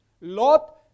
Lot